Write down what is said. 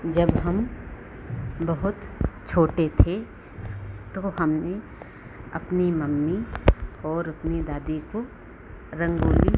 जब हम बहुत छोटे थे तो हमने अपनी मम्मी और अपनी दादी को रंगोली